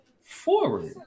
forward